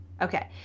Okay